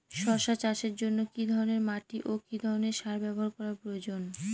শশা চাষের জন্য কি ধরণের মাটি ও কি ধরণের সার ব্যাবহার করা প্রয়োজন?